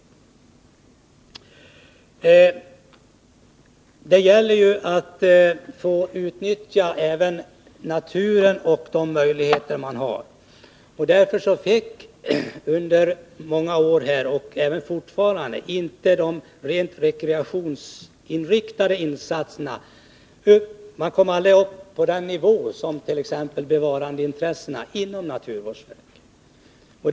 Det gäller ju att även få utnyttja naturen och de möjligheter som finns i det sammanhanget. Därför kom de rent rekreationsinriktade insatserna under många år aldrig upp till samma nivå som t.ex. bevarandeintressena inom naturvårdsverket — och så är det fortfarande.